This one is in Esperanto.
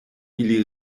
ili